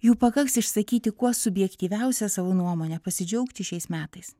jų pakaks išsakyti kuo subjektyviausią savo nuomonę pasidžiaugti šiais metais